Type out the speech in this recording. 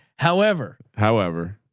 however, however,